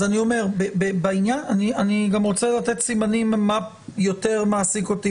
אז אני אומר ואני גם רוצה לתת סימנים מה יותר מעסיק אותי,